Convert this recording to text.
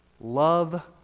love